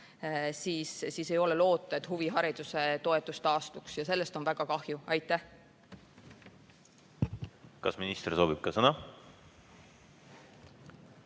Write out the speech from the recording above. siis ei ole loota, et huvihariduse toetus taastub. Sellest on väga kahju. Aitäh! Kas minister soovib ka sõna?